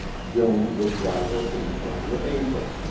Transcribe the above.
joan would dry her hands on her apron,